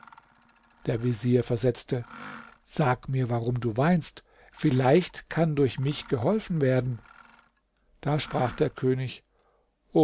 der vezier versetzte sag mir warum du weinst vielleicht kann durch mich geholfen werden da sprach der könig